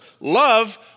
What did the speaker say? love